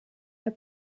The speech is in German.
herr